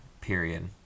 Period